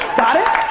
got it?